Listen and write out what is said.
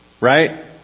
Right